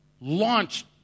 launched